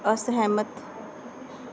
ਅਸਹਿਮਤ